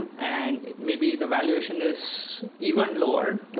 and maybe the valuation is even lower.